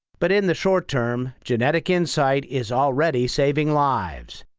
but in the short term, genetic insight is already saving lives.